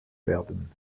werden